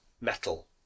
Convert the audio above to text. metal